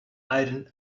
iron